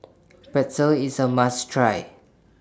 Pretzel IS A must Try